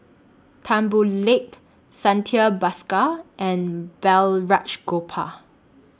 Tan Boo Liat Santha Bhaskar and Balraj Gopal